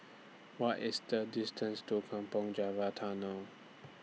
What IS The distance to Kampong Java Tunnel